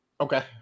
Okay